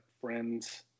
friends